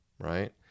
right